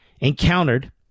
encountered